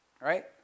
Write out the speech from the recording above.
Right